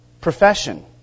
profession